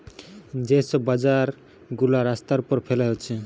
যে সব বাজার গুলা রাস্তার উপর ফেলে হচ্ছে